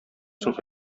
соң